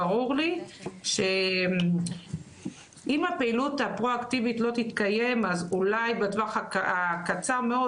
ברור לי שאם הפעילות הפרואקטיבית לא תתקיים אז אולי בטווח הקצר מאוד,